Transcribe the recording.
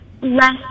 less